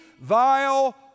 vile